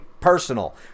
personal